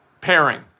pairing